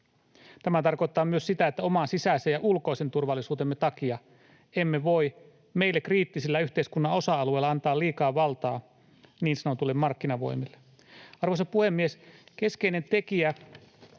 Tämä tarkoittaa myös sitä, että oman sisäisen ja ulkoisen turvallisuutemme takia emme voi meille kriittisillä yhteiskunnan osa-alueilla antaa liikaa valtaa niin sanotuille markkinavoimille. Arvoisa puhemies! Keskeinen tekijä